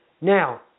Now